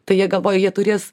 tai jie galvoju jie turės